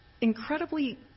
incredibly